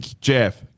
Jeff